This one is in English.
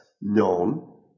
known